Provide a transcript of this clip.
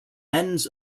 ends